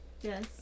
Yes